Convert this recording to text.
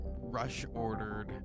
rush-ordered